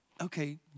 okay